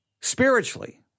spiritually